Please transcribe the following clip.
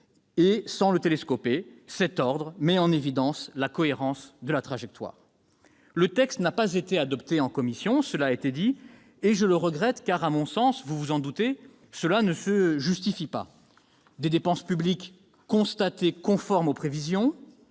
sa discussion. Cet ordre met en évidence la cohérence de la trajectoire. Le texte n'a pas été adopté en commission, cela a été dit, et je le regrette, car à mon sens, vous vous en doutez, ce vote ne se justifie pas : des dépenses publiques constatées conformes aux prévisions,